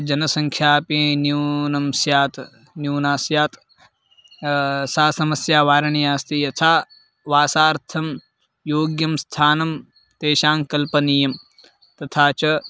जनसङ्ख्यापि न्यूना स्यात् न्यूना स्यात् सा समस्या वारणीया अस्ति यथा वासार्थं योग्यं स्थानं तेषां कल्पनीयं तथा च